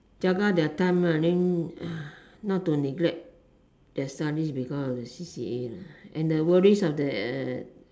jaga their time lah then not to neglect their studies because of their C_C_A lah and the worries of the uh